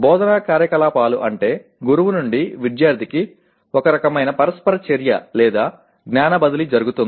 బోధనా కార్యకలాపాలు అంటే గురువు నుండి విద్యార్థికి ఒకరకమైన పరస్పర చర్య లేదా జ్ఞాన బదిలీ జరుగుతుంది